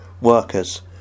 workers